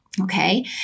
Okay